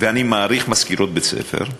ואני מעריך מזכירות בית-ספר,